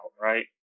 right